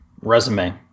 resume